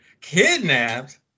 Kidnapped